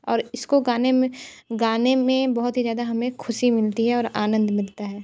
और इसको गाने में गाने में बहुत ही ज़्यादा हमें खुशी मिलती है और आनंद मिलता है